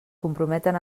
comprometen